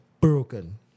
broken